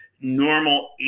normal